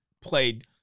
played